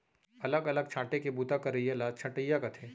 अलग अलग छांटे के बूता करइया ल छंटइया कथें